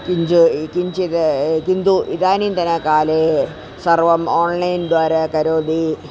किञ्जै किञ्चिद् किन्तु इदानीन्तनकाले सर्वम् आन्ळैन्द्वारा करोति